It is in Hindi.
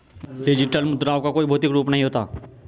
डिजिटल मुद्राओं का कोई भौतिक रूप नहीं होता